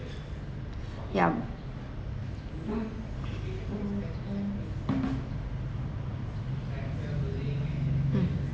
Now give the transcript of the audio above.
yeah mm mm